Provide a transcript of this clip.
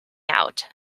out